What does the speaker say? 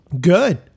Good